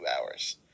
hours